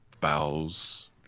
bows